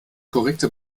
korrekte